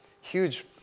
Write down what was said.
Huge